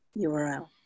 URL